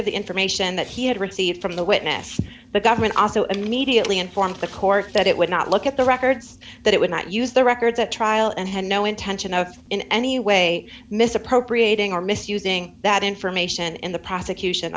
the information that he had received from the witness the government also immediately informed the court that it would not look at the records that it would not use the records at trial and had no intention of in any way misappropriating or misusing that information in the prosecution